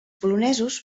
polonesos